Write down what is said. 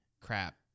crap